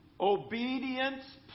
Obedience